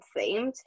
themed